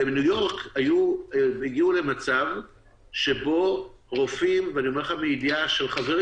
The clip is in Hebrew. בניו-יורק הגיעו למצב שבו רופאים אני אומר לך מידיעה מחברים